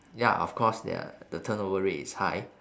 ya of course their the turnover rate is high